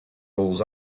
rolls